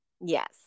yes